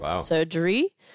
surgery